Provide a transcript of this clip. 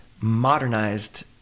modernized